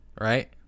Right